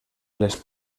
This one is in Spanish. les